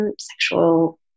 sexual